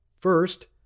First